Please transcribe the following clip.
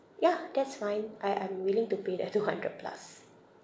ya that's fine I I'm willing to pay the two hundred plus